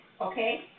okay